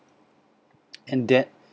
and that